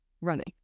running